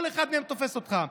כל אחד מהם תופס אותך.